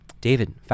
David